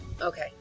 Okay